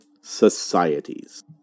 societies